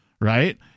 right